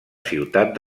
ciutat